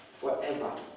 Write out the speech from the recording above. forever